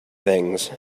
things